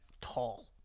tall